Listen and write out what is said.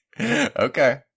Okay